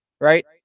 right